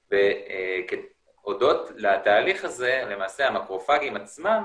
הודות לתהליך הזה למעשה המקרופגים עצמם